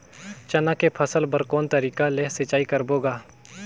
चना के फसल बर कोन तरीका ले सिंचाई करबो गा?